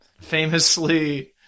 famously